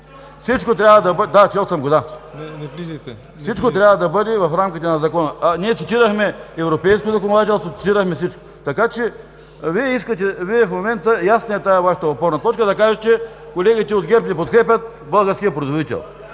Всичко трябва да бъде в рамките на Закона. Ние цитирахме европейско законодателство, цитирахме всичко. Така че в момента е ясна Вашата опорна точка да кажете: „Колегите от ГЕРБ не подкрепят българския производител“.